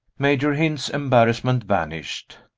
major hynd's embarrassment vanished.